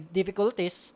difficulties